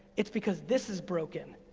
it's because this is broken.